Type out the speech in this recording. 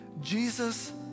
Jesus